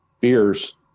beers